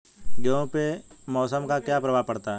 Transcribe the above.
गेहूँ पे मौसम का क्या प्रभाव पड़ता है?